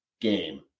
game